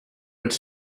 would